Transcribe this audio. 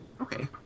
Okay